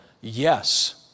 yes